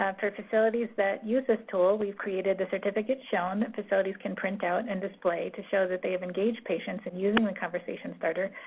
for facilities that use this tool, we have created the certificate shown, that facilities can print out and display to show that they've engaged patients and used them in conversation starter,